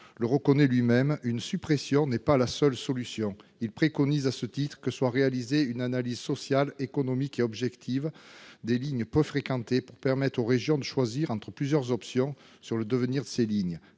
dans son rapport : une suppression n'est pas la seule solution. Il préconise à ce titre que soit réalisée une analyse sociale, économique et objective des lignes peu fréquentées, pour permettre aux régions de choisir entre plusieurs options sur leur devenir. En effet,